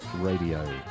Radio